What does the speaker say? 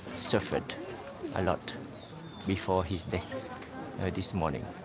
suffered a lot before his death this morning.